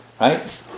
right